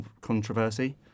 controversy